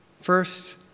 first